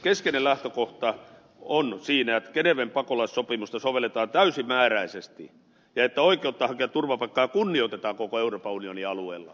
keskeinen lähtökohta on siinä että geneven pakolaissopimusta sovelletaan täysimääräisesti ja oikeutta hakea turvapaikkaa kunnioitetaan koko euroopan unionin alueella